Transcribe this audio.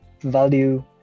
value